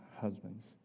husbands